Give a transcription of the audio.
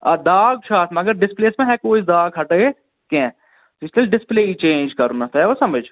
آ داغ چھُ اَتھ مگر ڈِسپٕلے یَس ما ہٮ۪کو أسۍ داغ ہَٹٲیِتھ کینٛہہ سُہ چھِ تیٚلہِ ڈِسپٕلے یی چینٛج کَرُن تۄہہِ آوا سَمٕجھ